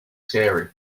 scary